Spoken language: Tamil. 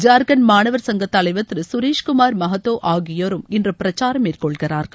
ஜார்க்கண்ட் மாணவர் சங்கத் தலைவர் திரு கரேஷ்குமார் மஹாத்தோ ஆகியோரும் இன்று பிரச்சாரம் மேற்கொள்கிறார்கள்